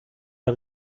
der